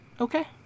Okay